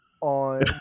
on